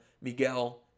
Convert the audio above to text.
Miguel